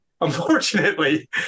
unfortunately